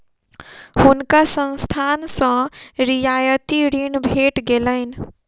हुनका संस्थान सॅ रियायती ऋण भेट गेलैन